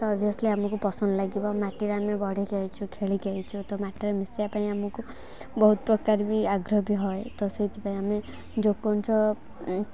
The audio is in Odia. ତ ଅଭିୟସ୍ଲି ଆମକୁ ପସନ୍ଦ ଲାଗିବ ମାଟିରେ ଆମେ ବଢ଼ିଯାଇଛୁ ଖେଳିକି ଆଶିଛୁ ତ ମାଟିରେ ମିଶିବା ପାଇଁ ଆମକୁ ବହୁତ ପ୍ରକାର ବି ଆଗ୍ରହ ବି ହୁଏ ତ ସେଇଥିପାଇଁ ଆମେ ଯେଉଁ